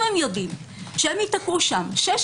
אם הם יודעים שהם ייתקעו שם שש,